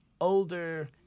older